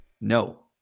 No